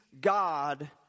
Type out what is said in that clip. God